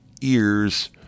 ears